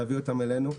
להביא אותם אלינו.